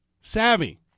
Savvy